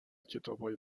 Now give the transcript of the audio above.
کتابهای